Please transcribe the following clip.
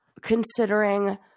considering